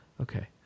Okay